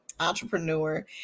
entrepreneur